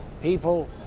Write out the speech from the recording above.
people